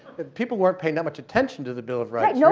people weren't paying that much attention to the bill of rights. you know